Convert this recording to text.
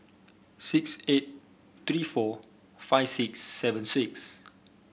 six eight three four five six seven six